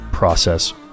process